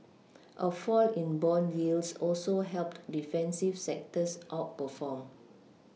a fall in bond yields also helped defensive sectors outperform